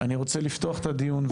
אני רוצה לפתוח את הדיון,